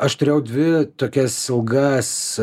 aš turėjau dvi tokias ilgas